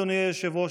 אדוני היושב-ראש,